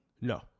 No